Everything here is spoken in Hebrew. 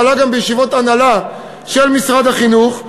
זה עלה גם בישיבות הנהלה של משרד החינוך,